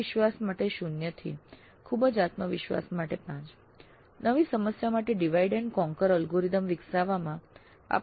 અવિશ્વાસ 0 થી ખૂબ જ આત્મવિશ્વાસ 5 નવી સમસ્યા માટે ડિવાઈડ એન્ડ કોન્કર અલ્ગોરિધમ વિકસાવવામાં આપને કેટલો વિશ્વાસ છે